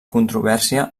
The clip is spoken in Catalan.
controvèrsia